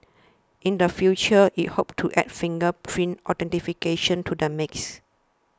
in the future it hopes to add fingerprint authentication to the mix